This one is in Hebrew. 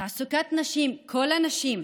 תעסוקת נשים, כל הנשים,